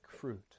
fruit